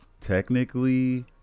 technically